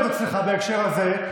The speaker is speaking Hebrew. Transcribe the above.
אני לא עובד אצלך בהקשר הזה.